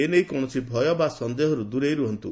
ଏ ନେଇ କୌଣସି ଭୟ ବା ସନ୍ଦେହର୍ ଦ୍ରେଇ ର୍ହନ୍ତ୍ର